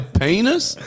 penis